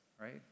right